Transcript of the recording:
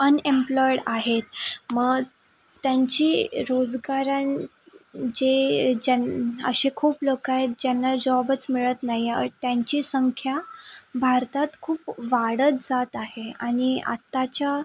unemployed आहेत मग त्यांची रोजगारांचे ज्यांना असे खूप लोक आहेत ज्यांना जॉबच मिळत नाही आहे त्याची संख्या भारतात खूप वाढत जात आहे आणि आत्ताच्या